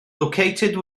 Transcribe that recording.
located